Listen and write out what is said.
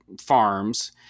farms